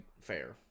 fair